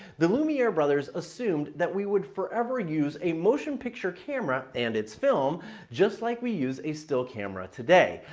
the lumiere brothers assumed that we would forever use a motion picture camera and it's film just like we use a still camera today.